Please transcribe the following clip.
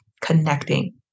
connecting